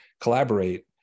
collaborate